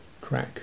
crack